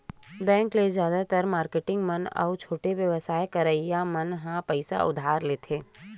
bank ले जादातर marketing मन अउ छोटे बेवसाय करइया मन ह पइसा उधार लेथे